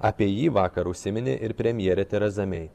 apie jį vakar užsiminė ir premjerė tereza mei